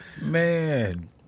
Man